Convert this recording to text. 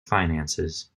finances